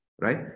right